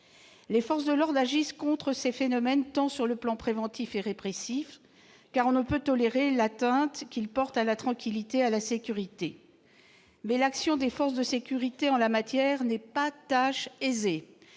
Les forces de l'ordre agissent contre ces phénomènes sur le plan tant préventif que répressif, car on ne peut tolérer l'atteinte qu'ils portent à la tranquillité et à la sécurité. Cependant, l'action des forces de sécurité en la matière n'est pas tâche aisée.